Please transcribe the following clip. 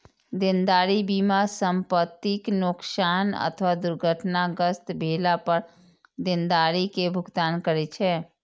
देनदारी बीमा संपतिक नोकसान अथवा दुर्घटनाग्रस्त भेला पर देनदारी के भुगतान करै छै